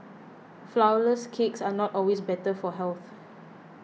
Flourless Cakes are not always better for health